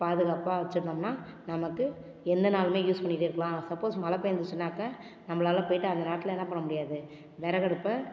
பாதுகாப்பாக வச்சுருந்தோம்னா நமக்கு எந்த நாளுமே யூஸ் பண்ணிக்கிட்டே இருக்கலாம் சப்போஸ் மழை பேஞ்சுச்சுன்னாக்கா நம்மளால போயிட்டு அந்த நேரத்தில் என்ன பண்ண முடியாது விறகடுப்ப